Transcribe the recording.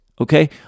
okay